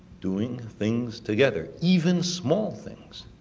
doing things together, even small things,